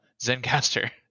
Zencaster